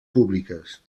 públiques